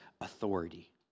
authority